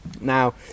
Now